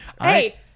Hey